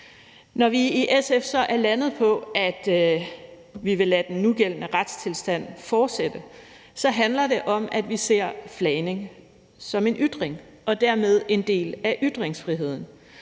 Når vi i SF så er landet på, at vi vil lade den nugældende retstilstand fortsætte, handler det om, at vi ser flagning som en ytring og dermed en del af ytringsfriheden,